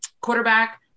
quarterback